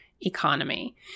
economy